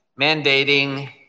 mandating